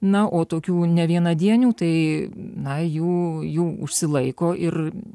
na o tokių nevienadienių tai na jų jų užsilaiko ir